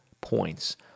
points